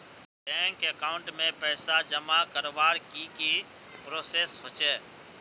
Bank account में पैसा जमा करवार की की प्रोसेस होचे?